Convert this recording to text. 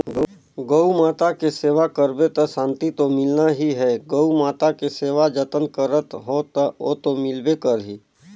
गउ माता के सेवा करबे त सांति तो मिलना ही है, गउ माता के सेवा जतन करत हो त ओतो मिलबे करही